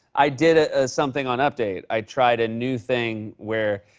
i did something on update. i tried a new thing where.